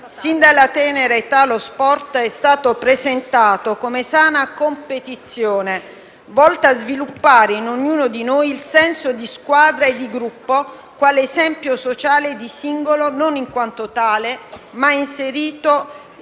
sin dalla tenera età lo sport è stato presentato come sana competizione volta a sviluppare in ognuno di noi il senso di squadra e di gruppo quale esempio sociale di singolo non in quanto tale, ma inserito all'interno